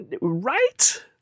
Right